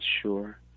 Sure